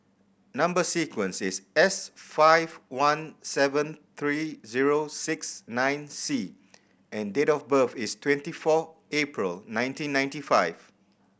number sequence is S five one seven three zero six nine C and date of birth is twenty four April nineteen ninety five